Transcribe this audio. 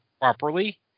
properly